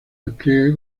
despliegue